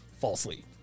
falsely